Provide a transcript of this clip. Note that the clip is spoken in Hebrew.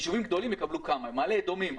ישובים גדולים יקבלו כמה: במעלה אדומים,